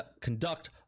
conduct